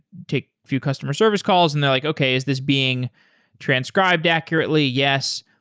take few customer service calls and they're like, okay. is this being transcribed accurately? yes.